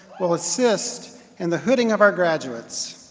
will assist in the hooding of our graduates,